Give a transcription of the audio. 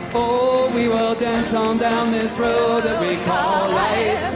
oh, we will dance on down this road that we call life.